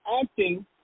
acting